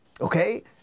okay